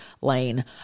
lane